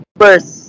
first